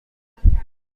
نکنم